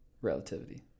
relativity